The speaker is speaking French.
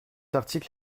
article